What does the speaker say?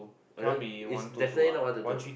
!wah! that one is definitely not one two two